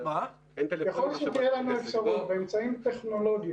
--- באמצעים טכנולוגיים